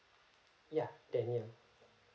ya daniel